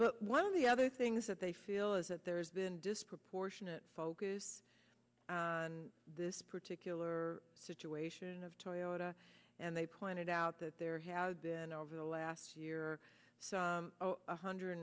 but one of the other things that they feel is that there's been disproportionate focus on this particular situation of toyota and they pointed out that there had been over the last year one hundred